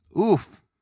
Oof